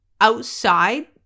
outside